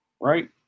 right